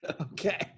Okay